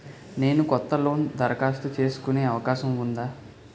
నేను కొత్త లోన్ దరఖాస్తు చేసుకునే అవకాశం ఉందా?